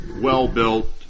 well-built